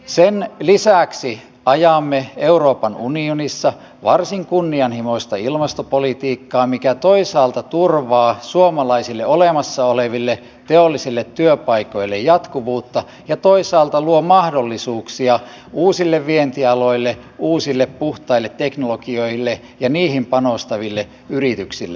sen lisäksi ajamme euroopan unionissa varsin kunnianhimoista ilmastopolitiikkaa mikä toisaalta turvaa suomalaisille olemassa oleville teollisille työpaikoille jatkuvuutta ja toisaalta luo mahdollisuuksia uusille vientialoille uusille puhtaille teknologioille ja niihin panostaville yrityksille